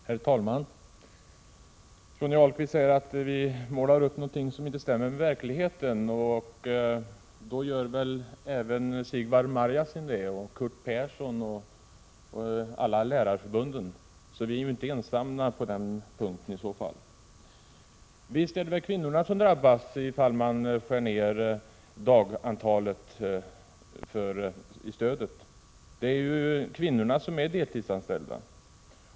Herr talman! Johnny Ahlqvist säger att vi målar upp en bild som inte stämmer med verkligheten. Då gör väl även Sigvard Marjasin det, och Curt Persson och alla lärarförbunden, så vi är inte ensamma på den punkten i så fall. Visst är det kvinnorna som drabbas om man skär ned dagantalet i stödet. Det är ju kvinnorna som är deltidsanställda.